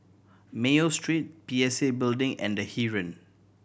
Mayo Street P S A Building and The Heeren